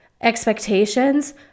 expectations